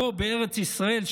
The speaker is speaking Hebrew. פה בארץ ישראל,